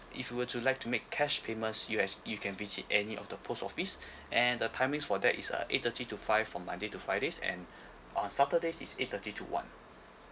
if you were to like to make cash payments you as you can visit any of the post office and the timing for that is uh eight thirty to five from monday to fridays and on saturday is eight thirty to one